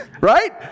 right